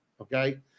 okay